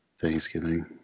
Thanksgiving